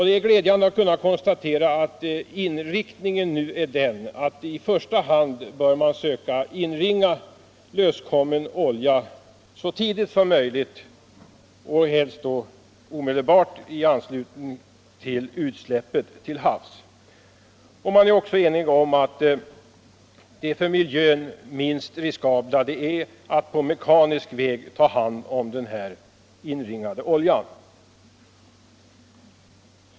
Det är glädjande att konstatera att inriktningen är att man i första hand bör försöka inringa löskommen olja så tidigt som möjligt och helst omedelbart i anslutning till utsläppen till havs. Man 39 är också enig om att det för miljön minst riskabla är att på mekanisk väg ta hand om den inringade oljan.